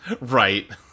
Right